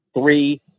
three